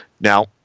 Now